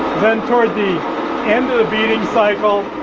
then toward the end beating cycle,